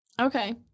Okay